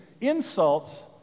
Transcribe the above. insults